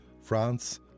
France